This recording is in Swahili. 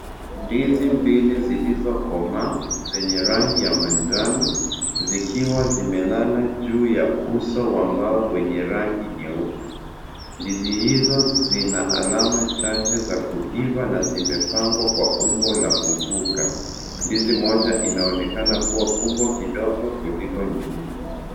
Ndizi mbili zilizokomaa zenye rangi ya manjano, zikiwa zimelala juu ya uso wa mbao wenye rangi nyeupe. Ndizi hizo zina alama chache za kuiva na zimepangwa kwa umbo la kuvuka. Ndizi moja inaonekana kuwa kubwa kidogo kuliko nyingine.